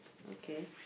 okay